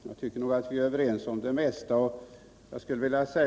Jag tycker att vi är överens om det mesta.